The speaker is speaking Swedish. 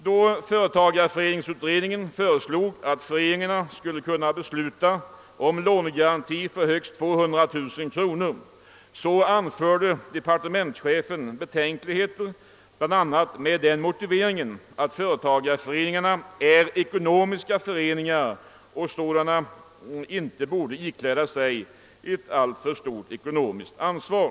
Då företagareföreningsutredningen föreslog att föreningarna skulle kunna besluta om lånegaranti på högst 200 000 kronor anförde departementschefen betänkligheter bl.a. med den motiveringen, att företagareföreningar na är ekonomiska föreningar och som sådana inte borde ikläda sig ett alltför stort ekonomiskt ansvar.